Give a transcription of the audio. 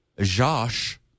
Josh